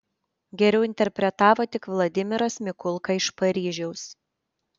geriau interpretavo tik vladimiras mikulka iš paryžiaus